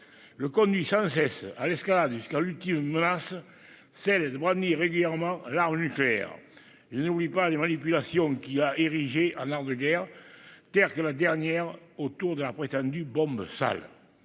le conduit sans cesse à l'escalade jusqu'à l'ultime menace, celle de brandir régulièrement l'arme nucléaire. Je n'oublie pas les manipulations qu'il a érigées en art de la guerre, telle la dernière autour de la prétendue « bombe sale